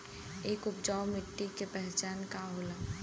एक उपजाऊ मिट्टी के पहचान का होला?